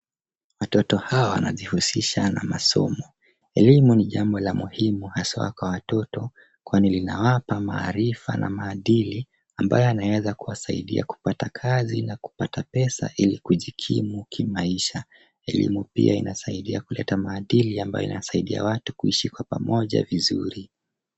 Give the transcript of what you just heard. Watoto hawa wanajihusisha na masomo. Elimu ni jambo la muhimu haswa kwa watoto kwani linawapa maarifa na maadili ambayo yanaweza kuwasaidia kupata kazi na kupata pesa ili kujikimu kimaisha. Elimu pia inasaidia kuleta maadili ambayo yanasaidia watu kuishi kwa pamoja vizuri.